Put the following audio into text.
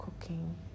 cooking